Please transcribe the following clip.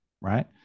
right